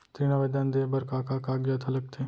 ऋण आवेदन दे बर का का कागजात ह लगथे?